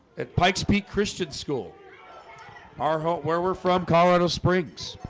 at pikes peak christian school our hunt where we're from, colorado springs